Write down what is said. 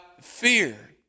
fear